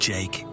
Jake